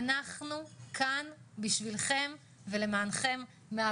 אנחנו כאן בשבילכם ולמענכם.